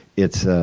it's ah